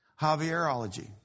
Javierology